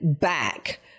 back